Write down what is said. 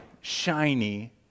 shiny